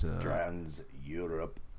Trans-Europe